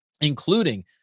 including